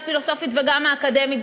הפילוסופית וגם האקדמית,